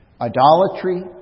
idolatry